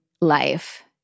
life